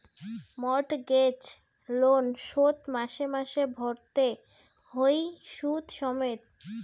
mortgage loan শোধ মাসে মাসে ভরতে হই শুধ সমেত